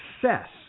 success